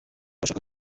ashaka